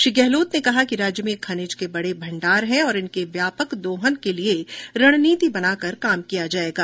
श्री गहलोत ने कहा कि राज्य में खनिज के बड़े भण्डार है और इनके व्यापक दोहन के लिए रणनीति बनाकर काम किया जायेगा